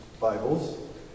Bibles